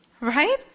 Right